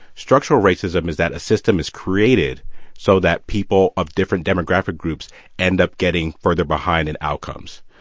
structural racism is that a system is created so that people of different demographic groups end up getting further behind in outcomes.